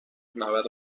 نود